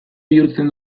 bihurtzen